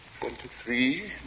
Twenty-three